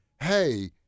hey